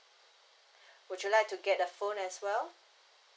would you like to get a phone as well